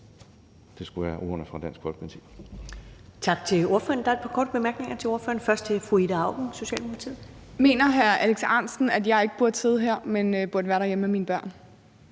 Det skulle være ordene fra Dansk Folkepartis